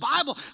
Bible